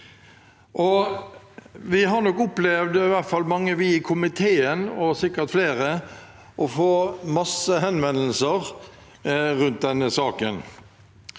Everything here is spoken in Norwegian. Vi har nok opplevd, i hvert fall mange av oss i komiteen, og sikkert flere, å få masse henvendelser rundt denne saken.